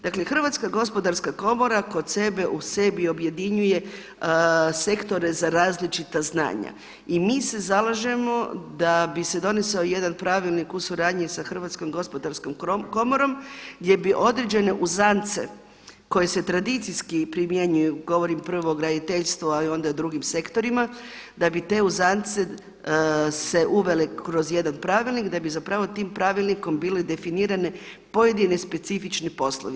Dakle Hrvatska gospodarska komora kod sebe u sebi objedinjuje sektore za različita znanja i mi se zalažemo da bi se donio jedan pravilnik u suradnji sa Hrvatskom gospodarskom komorom gdje bi određene uzance koje se tradicijski primjenjuju, govorim prvo o graditeljstvu a onda i o drugim sektorima da bi te uzance se uvele kroz jedan pravilnik, da bi zapravo tim pravilnikom bile definirane pojedini specifični poslovi.